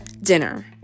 dinner